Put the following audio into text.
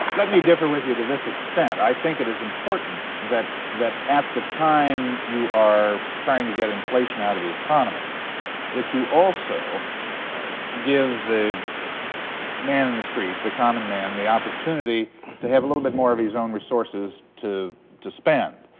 let me differ with you to this extent. i think it is important that that at the time you are trying to get inflation out of the economy that you also give the man in the street, the common man, the opportunity to have a little bit more of his own resources to to spend.